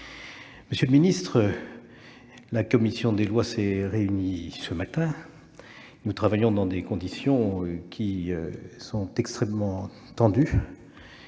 Monsieur le ministre, la commission des lois s'est réunie ce matin. Nous travaillons dans des conditions extrêmement tendues.